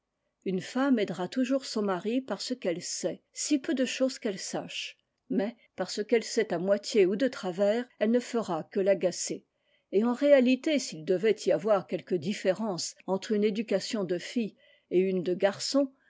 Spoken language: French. une femme aidera toujours son mari par ce qu'elle sait si peu de chose qu'elle sache mais par ce qu'elle sait à moitié ou de travers elle ne fera que l'agacer et en réalité s'il devait y avoir quelque différence entre une éducation de fille et une de garçon